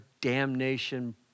damnation